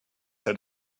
had